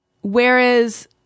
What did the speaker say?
whereas